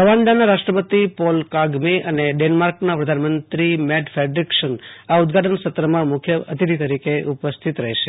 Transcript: રવાંડાના રાષ્ટ્રપતિ Paul Kagame અને ડેનમાર્કના પ્રધાનમંત્રી મેટફેડરીકશન આ ઉદઘાટન સત્રમાં મુખ્ય અતિથિ તરીકે ઉપસ્થિત રહેશે